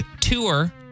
Tour